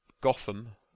Gotham